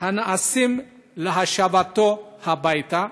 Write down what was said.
הנעשים להשבתו הביתה?